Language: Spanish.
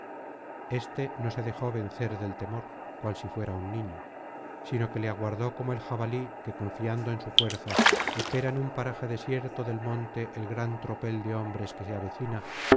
éste no se dejó vencer del temor cual si fuera un niño sino que le aguardó como el jabalí que confiando en su fuerza espera en un paraje desierto del monte el gran tropel de hombres que se avecina